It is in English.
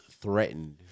threatened